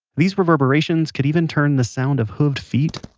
these reverberations could even turn the sound of hoofed feet